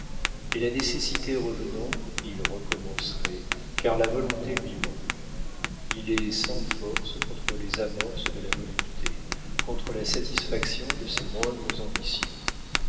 mais la nécessité revenant il recommencerait car la volonté lui manque il est sans force contre les amorces de la volupté contre la satisfaction de ses moindres ambitions